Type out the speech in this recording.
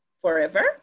forever